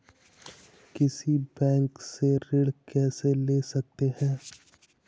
किसी बैंक से ऋण कैसे ले सकते हैं?